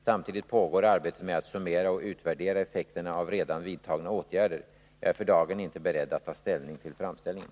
Samtidigt pågår arbetet med att summera och utvärdera effekterna av redan vidtagna åtgärder. Jag är för dagen inte beredd att ta ställning till framställningen.